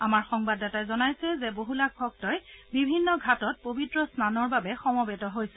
আমাৰ সংবাদদাতাই জনাইছে যে বহুলাখ ভক্তই বিভিন্ন ঘাটত পবিত্ৰ স্নানৰ বাবে সমবেত হৈছে